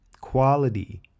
Quality